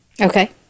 Okay